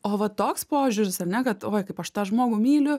o va toks požiūris ar ne kad oi kaip aš tą žmogų myliu